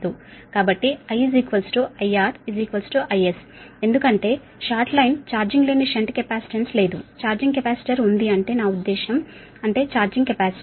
కాబట్టి I IR IS ఎందుకంటే short line charging లేని షంట్ కెపాసిటెన్స్ లేదు ఛార్జింగ్ కెపాసిటర్ ఉంది అంటే నా ఉద్దేశ్యం అంటే ఛార్జింగ్ కెపాసిటెన్స్